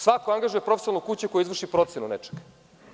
Svako angažuje profesionalnu kuću koja izvrši procenu nečega.